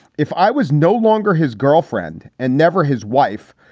if i was no longer his girlfriend and never his wife,